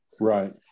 Right